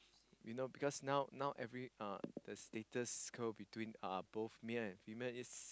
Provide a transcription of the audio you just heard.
you know because now now every uh the status quo between uh male and female is